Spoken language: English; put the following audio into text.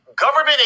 government